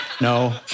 No